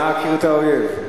נא הכר את האויב.